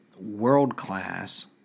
world-class